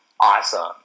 awesome